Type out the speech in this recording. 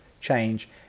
change